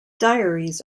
diaries